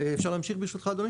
אפשר להמשיך ברשותך אדוני?